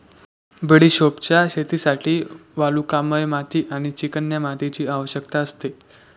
बडिशोपच्या शेतीसाठी वालुकामय माती आणि चिकन्या मातीची आवश्यकता असते